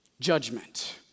judgment